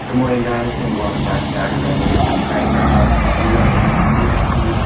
and morning, guys, and welcome back to vagabrothers. right now we are in the misty,